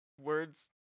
words